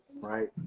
right